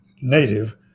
native